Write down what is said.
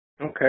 okay